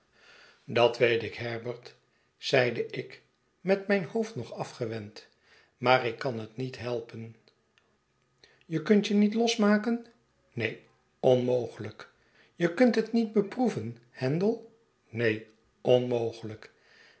dat weet ik herbert zeide ik met mijn ik kan mij niet van haar losmaken hoofd nog afgewencl maar ik kan het niet helpen je kunt je niet losmaken neen onmogelijkl je kunt het niet beproeven handel neen onmogelijk